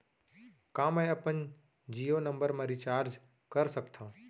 का मैं अपन जीयो नंबर म रिचार्ज कर सकथव?